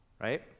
Right